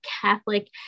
Catholic